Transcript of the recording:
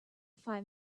find